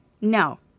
No